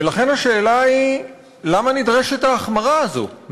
ולכן השאלה היא, למה נדרשת ההחמרה הזאת?